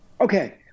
Okay